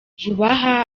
vubaha